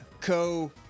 co